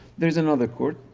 there's another court,